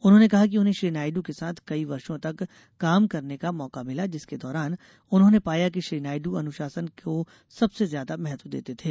उन्होंने कहा कि उन्हें श्री नायडू के साथ कई वर्षों तक काम करने का मौका मिला जिसके दौरान उन्होंने पाया कि श्री नायडू अनुशासन को सबसे ज्यादा महत्व देते थे